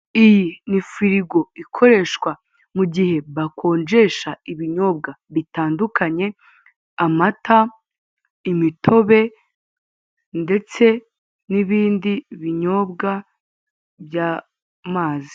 iyi ni firigo ikoreshwa mugihe bakonjesha ibinyobwa bitandukanye amata imitobe ndetse n'ibindi binyobwa by'amazi